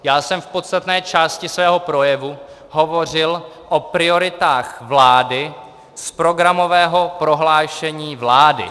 Já jsem v podstatné části svého projevu hovořil o prioritách vlády z programového prohlášení vlády.